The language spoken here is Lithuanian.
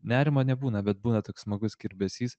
nerimo nebūna bet būna toks smagus kirbesys